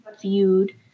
viewed